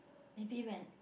maybe when